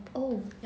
oh